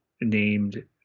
named